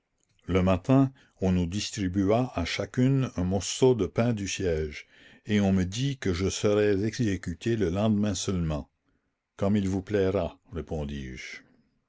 le matin on nous distribua à chacune un morceau de pain du siège et on me dit que je serais exécutée le lendemain seulement comme il vous plaira